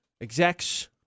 execs